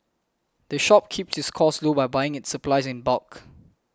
the shop keeps its costs low by buying its supplies in bulk